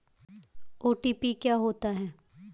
OTP क्या होता है?